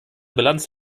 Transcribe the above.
bilanz